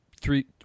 three